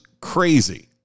crazy